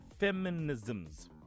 feminisms